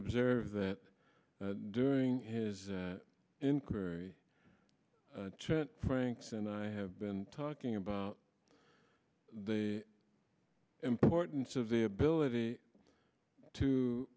observe that during his inquiry franks and i have been talking about the importance of the ability to